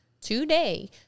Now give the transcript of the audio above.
today